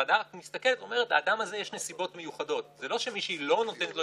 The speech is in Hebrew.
המשא ומתן הזה, יחד עם